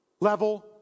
level